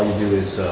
do is